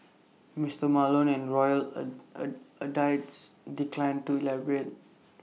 Mister Malone and royal A a A dies declined to elaborate